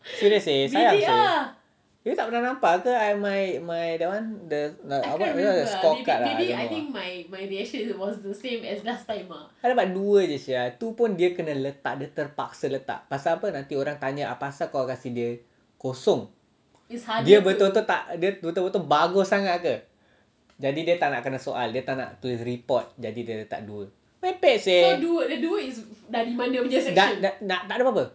serious seh sayang seh you tak pernah nampak ke my my that [one] the score card ah I don't know lah I dapat dua jer sia tu pun dia kena letak dia terpaksa letak pasal apa nanti orang tanya apasal kau kasi dia kosong dia betul-betul tak dia betul-betul bagus sangat ke jadi dia tak nak kena soal dia tak nak tulis report jadi dia letak dua merepek seh nak the nak tak ada apa-apa